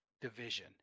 division